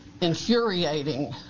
infuriating